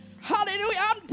hallelujah